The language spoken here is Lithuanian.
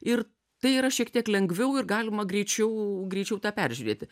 ir tai yra šiek tiek lengviau ir galima greičiau greičiau tą peržiūrėti